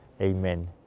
Amen